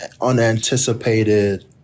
unanticipated